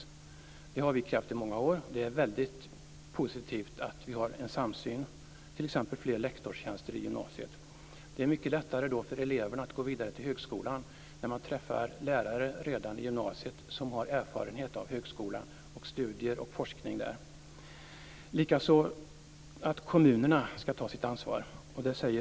Detta har vi krävt i många år, och det är positivt att vi har en samsyn t.ex. vad gäller att få fler lektorstjänster i gymnasiet. Det är mycket lättare för eleverna att gå vidare till högskolan när de redan i gymnasiet träffar lärare som har erfarenhet av studier och forskning vid högskolan. Likaså skall kommunerna ta sitt ansvar.